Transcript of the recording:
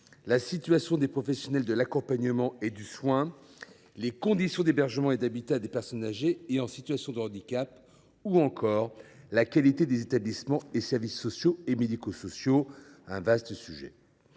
la situation des professionnels de l’accompagnement et du soin, les conditions d’hébergement et d’habitat des personnes âgées et en situation de handicap ou encore la qualité des établissements et services sociaux et médico sociaux. Vaste sujet…